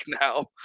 now